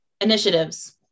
initiatives